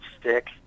stick